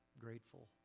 grateful